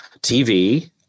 TV